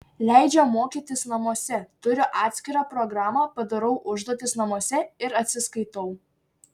leidžia mokytis namuose turiu atskirą programą padarau užduotis namuose ir atsiskaitau